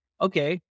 okay